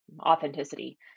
authenticity